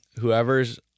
whoever's